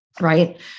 Right